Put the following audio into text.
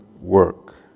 work